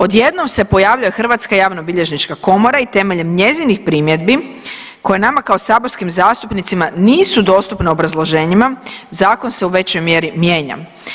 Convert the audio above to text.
Odjednom se pojavljuje Hrvatska javnobilježnička komora i temeljem njezinih primjedbi koje nama kao saborskim zastupnicima nisu dostupno obrazloženjima, Zakon se u većoj mjeri mijenja.